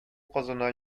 кызына